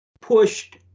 pushed